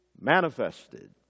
manifested